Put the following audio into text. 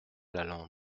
lalande